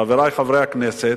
חברי חברי הכנסת,